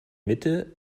mitte